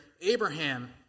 Abraham